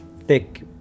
thick